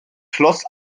schloss